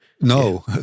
no